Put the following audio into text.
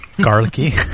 Garlicky